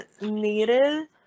needed